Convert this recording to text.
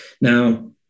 Now